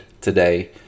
today